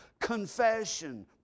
confession